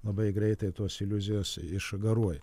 labai greitai tos iliuzijos išgaruoja